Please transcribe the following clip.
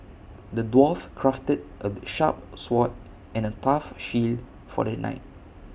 the dwarf crafted A sharp sword and A tough shield for the knight